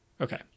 Okay